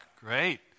great